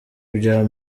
bya